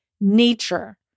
nature